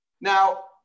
Now